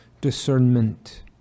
discernment